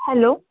hello